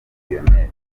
lionel